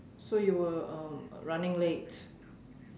so you were uh running late